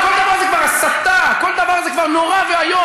כל דבר זה כבר הסתה, כל דבר זה כבר נורא ואיום.